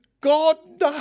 God